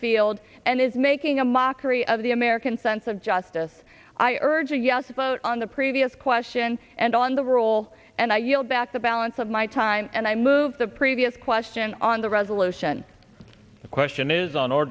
field and is making a mockery of the american sense of justice i urge a yes vote on the previous question and on the roll and i yield back the balance of my time and i move the previous question on the resolution the question is on or